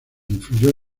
influyó